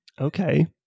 Okay